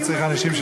אני צריך אנשים,